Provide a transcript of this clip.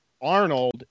Arnold